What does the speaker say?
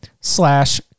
slash